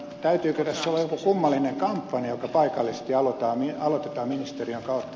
täytyykö tässä olla joku kummallinen kampanja joka paikallisesti aloitetaan ministeriön kautta